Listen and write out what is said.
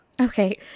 Okay